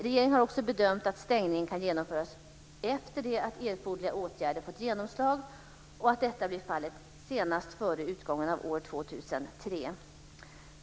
Regeringen har också bedömt att stängningen kan genomföras efter det att erforderliga åtgärder fått genomslag och att detta blir fallet senast före utgången av år 2003.